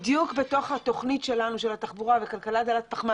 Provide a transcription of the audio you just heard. בדיוק בתוכנית שלנו של התחבורה וכלכלה דלת פחמן